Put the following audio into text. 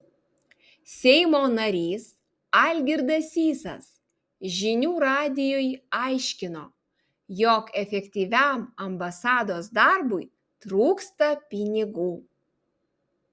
seimo narys algirdas sysas žinių radijui aiškino jog efektyviam ambasados darbui trūksta pinigų